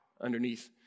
underneath